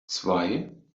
zwei